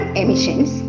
emissions